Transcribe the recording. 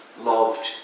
loved